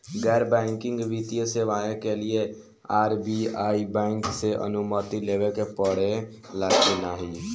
गैर बैंकिंग वित्तीय सेवाएं के लिए आर.बी.आई बैंक से अनुमती लेवे के पड़े ला की नाहीं?